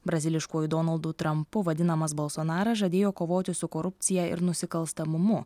braziliškuoju donaldu trampu vadinamas bolsonaras žadėjo kovoti su korupcija ir nusikalstamumu